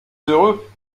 heureux